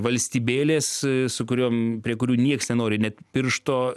valstybėlės su kuriom prie kurių nieks nenori net piršto